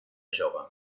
jove